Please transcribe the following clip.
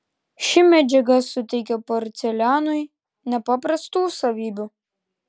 ši medžiaga suteikia porcelianui nepaprastų savybių